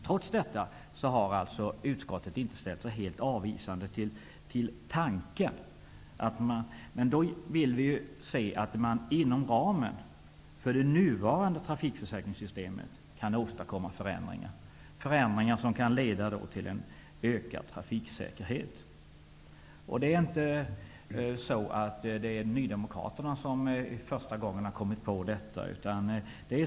Trots detta har utskottet inte ställt sig helt avvisande till tanken men vill se att man inom ramen för det nuvarande trafikförsäkringssystemet kan åstadkomma förändringar som kan leda till en ökad trafiksäkerhet. Det är inte Nydemokraterna som första gången har kommit på detta.